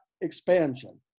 expansion